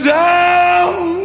down